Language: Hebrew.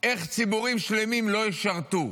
איך ציבורים שלמים לא ישרתו.